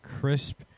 crisp